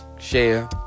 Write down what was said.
share